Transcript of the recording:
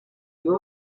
muri